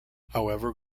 however